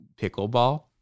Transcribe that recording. Pickleball